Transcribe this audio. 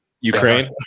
Ukraine